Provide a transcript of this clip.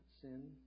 sin